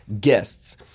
guests